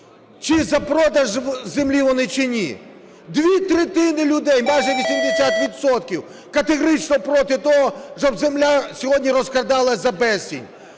чи за продаж землі вони чи ні. Дві третини людей, майже 80 відсотків, категорично проти того, щоб земля сьогодні розкрадалась за безцінь.